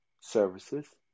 services